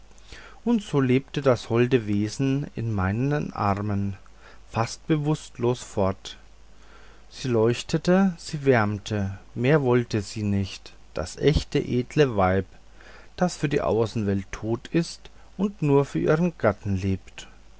und so lebte das holde wesen in meinen armen fast bewußtlos fort sie leuchtete sie wärmte mehr wollte sie nicht das echte edle weib das für die außenwelt tot ist und nur für ihren gatten lebt